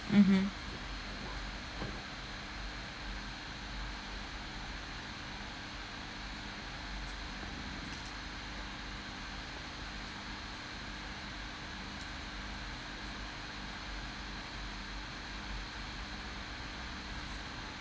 mmhmm